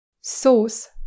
Sauce